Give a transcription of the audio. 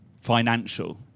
financial